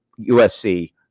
USC